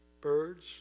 Birds